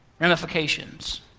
Ramifications